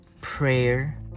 prayer